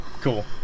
Cool